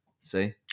See